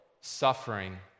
suffering